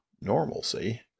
normalcy